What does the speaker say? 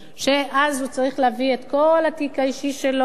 ואז הוא צריך להביא את כל התיק האישי שלו,